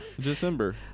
December